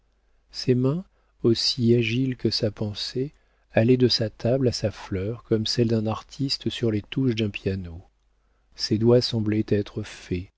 ses mains aussi agiles que sa pensée allaient de sa table à sa fleur comme celles d'un artiste sur les touches d'un piano ses doigts semblaient être fées